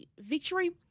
victory